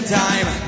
time